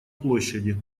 площади